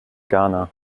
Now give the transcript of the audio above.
ghana